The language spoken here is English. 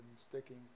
sticking